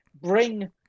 bring